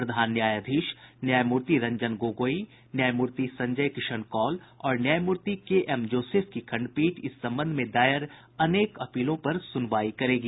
प्रधान न्यायाधीश न्यायमूर्ति रंजन गोगोई न्यायमूर्ति संजय किशन कौल और न्यामूर्ति केएम जोसेफ की खंडपीठ इस संबंध में दायर अनेक अपीलों की सुनवाई करेगी